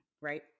right